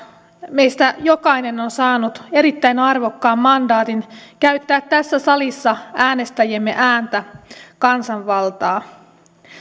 meistä jokainen on saanut erittäin arvokkaan mandaatin käyttää tässä salissa äänestäjiemme ääntä kansanvaltaa